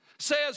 says